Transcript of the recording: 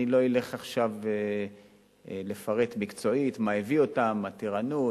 אני לא אלך עכשיו לפרט מקצועית מה הביא אותם: מתירנות,